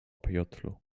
peyotlu